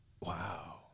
Wow